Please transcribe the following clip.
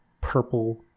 purple